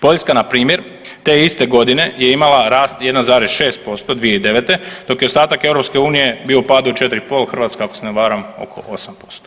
Poljska npr. te je iste godine je imala rast 1,6% 2009., dok je ostatak EU bio u padu od 4,5, Hrvatska, ako se ne varam, oko 8%